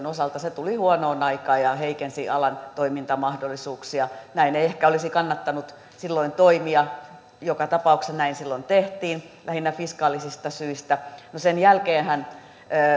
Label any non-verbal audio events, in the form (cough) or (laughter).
(unintelligible) osalta se tuli huonoon aikaan ja heikensi alan toimintamahdollisuuksia näin ei ehkä olisi kannattanut silloin toimia joka tapauksessa näin silloin tehtiin lähinnä fiskaalisista syistä no sen jälkeenhän